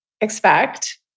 expect